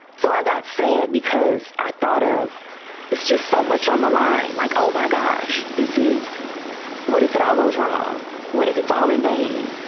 so i got sad because i thought of it's just so much on the line, like, oh, my gosh, this is what if it all goes wrong? what if it's all in vain?